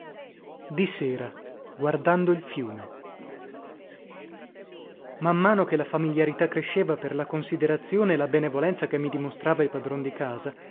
di sera guardando il fiume man mano che la familiarità cresceva per la considerazione e la benevolenza che mi dimostrava il padron di casa